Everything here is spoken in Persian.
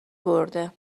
برده